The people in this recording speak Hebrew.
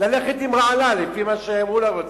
ללכת עם רעלה, לפי מה שמולה רוצה.